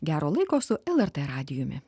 gero laiko su lrt radijumi